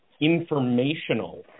informational